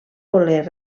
voler